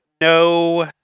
No